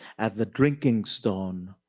at the drinking stone,